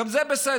גם זה בסדר,